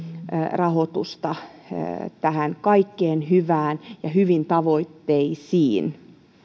rahoitusta tähän kaikkeen hyvään ja hyviin tavoitteisiin